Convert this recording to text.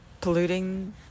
polluting